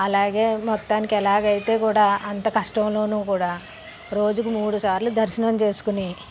అలాగే మొత్తానికి ఎలాగైతే కూడా అంత కష్టంలో కూడా రోజుకు మూడుసార్లు దర్శనం చేసుకుని